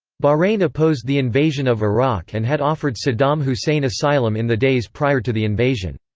bahrain opposed the invasion of iraq and had offered saddam hussein asylum in the days prior to the invasion.